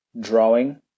drawing